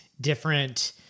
different